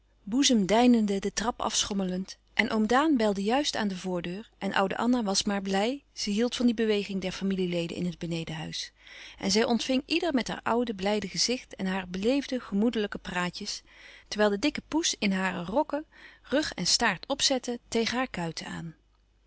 boezemdeinende de trap afschommelend en oom daan belde juist aan de voordeur en oude anna was maar blij ze hield van die beweging der familieleden in het benedenhuis en zij ontving ieder met haar oude blijde gezicht en hare beleefde gemoedelijke praatjes terwijl de dikke poes in hare rokken rug en staart opzette tegen haar kuiten aan